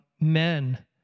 men